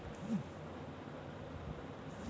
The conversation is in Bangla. লয়া দিল্লী থ্যাইকে যে ছরকার ফাল্ড দেয়